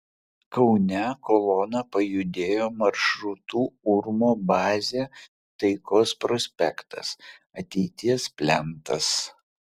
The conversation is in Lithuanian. kaune kolona pajudėjo maršrutu urmo bazė taikos prospektas ateities plentas